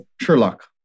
Sherlock